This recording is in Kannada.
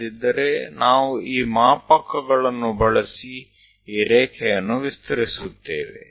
ಇಲ್ಲದಿದ್ದರೆ ನಾವು ಈ ಮಾಪಕಗಳನ್ನು ಬಳಸಿ ಈ ರೇಖೆಯನ್ನು ವಿಸ್ತರಿಸುತ್ತೇವೆ